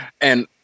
And-